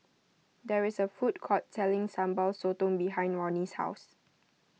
there is a food court selling Sambal Sotong behind Ronnie's house